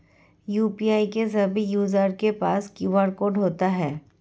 UPI के सभी user के पास क्यू.आर कोड होता है